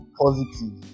positive